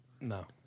No